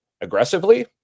aggressively